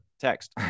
text